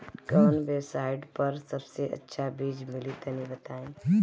कवन वेबसाइट पर सबसे अच्छा बीज मिली तनि बताई?